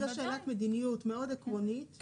זאת שאלת מדיניות מאוד עקרונית,